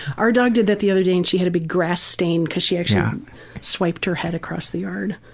our dog did that the other day and she had a big grass stain because she actually um swiped her head across the yard.